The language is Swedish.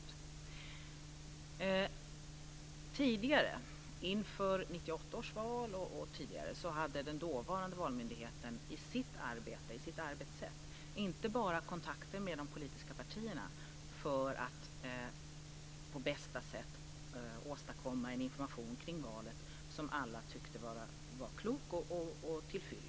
Inför 1998 års val och dessförinnan hade den dåvarande valmyndigheten i sitt arbetssätt inte bara kontakter med de politiska partierna för att på bästa sätt åstadkomma en information kring valet som alla tyckte var klok och till fyllest.